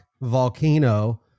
volcano